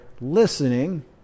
listening